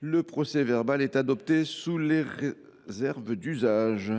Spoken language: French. Le procès verbal est adopté sous les réserves d’usage.